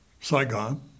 Saigon